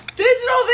Digital